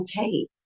okay